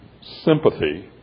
sympathy